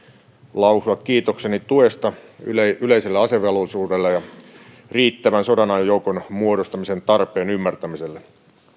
lausua kiitokseni tuesta yleiselle asevelvollisuudelle ja riittävän sodanajan joukon muodostamisen tarpeen ymmärtämiselle